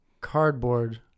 cardboard